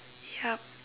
yup